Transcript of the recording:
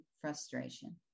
frustration